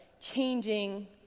changing